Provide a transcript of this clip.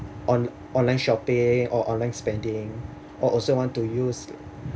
on~ online shopping or online spending or also want to use